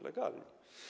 Legalnie.